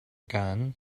gun